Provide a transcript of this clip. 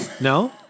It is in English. no